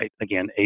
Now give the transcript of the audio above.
Again